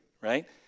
Right